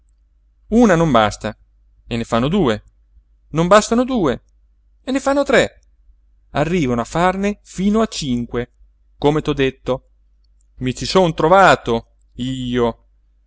una non basta e ne fanno due non bastano due e ne fanno tre arrivano a farne fino a cinque come t'ho detto mi ci son trovato io